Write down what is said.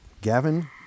Gavin